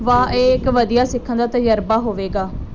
ਵਾਹ ਇਹ ਇੱਕ ਵਧੀਆ ਸਿੱਖਣ ਦਾ ਤਜ਼ਰਬਾ ਹੋਵੇਗਾ